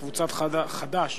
קבוצת סיעת חד"ש,